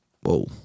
Whoa